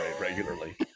regularly